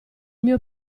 mio